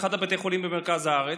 אחד מבתי חולים במרכז הארץ.